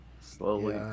Slowly